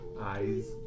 Eyes